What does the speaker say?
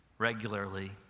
regularly